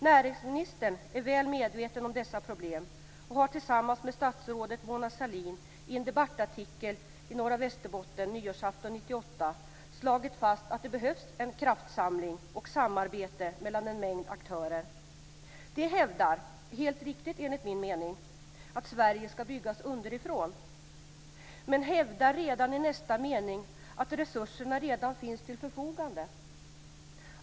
Näringsministern är väl medveten om dessa problem, och han har tillsammans med statsrådet Mona Sahlin i en debattartikel i Norra Västerbotten nyårsafton 1998 slagit fast att det behövs en kraftsamling och samarbete mellan en mängd aktörer. De hävdar, helt riktigt enligt min mening, att Sverige skall byggas underifrån. Men de hävdar redan i nästa mening att resurserna redan finns till förfogande.